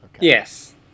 Yes